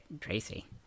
Tracy